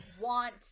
Want